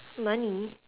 money